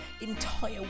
entire